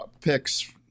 picks